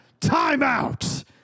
timeout